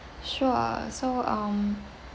sure so um